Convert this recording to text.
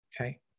Okay